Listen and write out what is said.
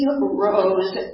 Rose